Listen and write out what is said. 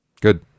good